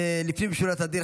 לפנים משורת הדין,